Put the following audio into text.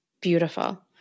Beautiful